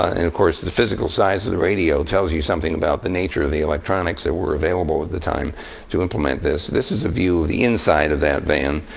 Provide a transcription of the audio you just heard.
ah and of course, the the physical size of the radio tells you something about the nature of the electronics that were available at the time to implement this. this is a view of the inside of that van.